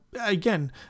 again